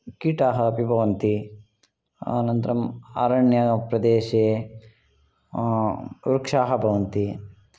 कीटाः अपि भवन्ति अनतरं अरण्यप्रदेशे वृक्षाः भवन्ति